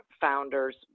founders